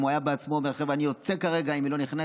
אם הוא היה בעצמו: אני יוצא כרגע אם היא לא נכנסת.